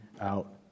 out